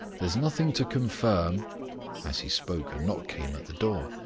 there's nothing to confirm as he spoke a knock came at the door.